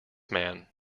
man